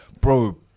Bro